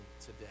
today